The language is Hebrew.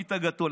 לפיד הגדול.